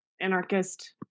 anarchist